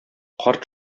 карт